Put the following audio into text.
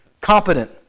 competent